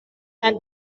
and